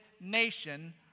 nation